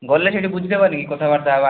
ଗଲେ ସେଠି ବୁଝିଦେବା ନିକି ନେଇକି କଥାବାର୍ତ୍ତା ହେବା